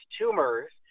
tumors